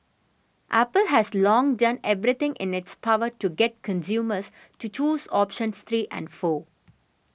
Apple has long done everything in its power to get consumers to choose options three and four